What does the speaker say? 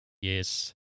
Yes